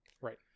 right